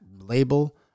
label